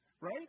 Right